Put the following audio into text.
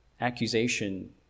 accusation